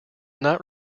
not